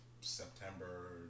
September